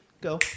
Go